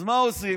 אז מה עושים?